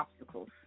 obstacles